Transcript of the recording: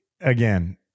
again